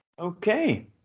okay